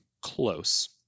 close